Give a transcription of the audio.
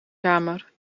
kamer